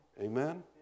Amen